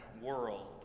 world